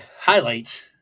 highlight